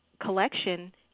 collection